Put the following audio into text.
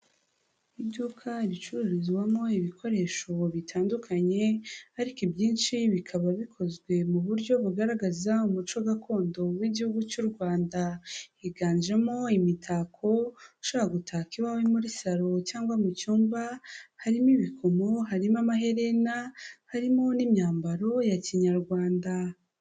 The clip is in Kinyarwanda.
Iduka ricururizwamo ibikoresho bitandukanye, ariko ibyinshi bikaba bikozwe mu buryo bugaragaza umuco gakondo w'lgihugu cy'u Rwanda, higanjemo imitako, ushobora gutaka iwawe muri saro, cyangwa mu cyumba, harimo ibikomo, harimo amaherena, harimo n'imyambaro ya kinyarwanda.